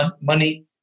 money